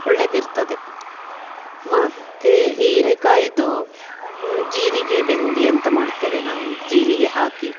ಒಳ್ಳೆಯದಿರ್ತದೆ ಮತ್ತು ಹೀರೆಕಾಯಿಯದು ಜೀರಿಗೆ ಬೆಂದಿ ಅಂತ ಮಾಡ್ತೇವೆ ನಾವು ಜೀರಿಗೆ ಹಾಕಿ